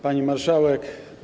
Pani Marszałek!